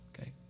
Okay